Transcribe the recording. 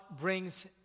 brings